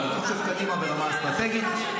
ברמה האסטרטגית.